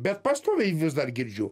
bet pastoviai vis dar girdžiu